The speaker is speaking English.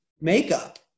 makeup